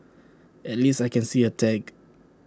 at least I can see A tag